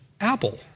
apple